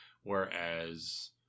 whereas